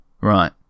right